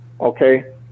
Okay